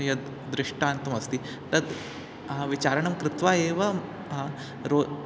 यद् दृष्टान्तमस्ति तद् विचारणं कृत्वा एव रो